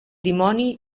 dimoni